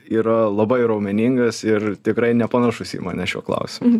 yra labai raumeningas ir tikrai nepanašus į mane šiuo klausimu